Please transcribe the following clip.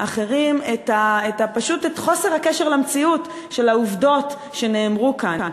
אחרים את חוסר הקשר למציאות של העובדות שנאמרו כאן.